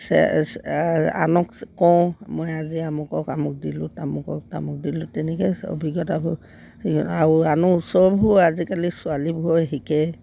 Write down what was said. আনক কওঁ মই আজি আমুকক আমুক দিলোঁ তামুকক তামুক দিলোঁ তেনেকেই অভিজ্ঞতা আনো ওচৰবোৰ আজিকালি ছোৱালীবোৰে শিকে